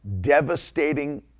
devastating